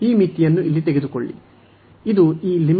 ಈ ಮಿತಿಯನ್ನು ಇಲ್ಲಿ ತೆಗೆದುಕೊಳ್ಳಿ